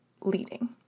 Leading